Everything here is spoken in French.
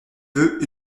veut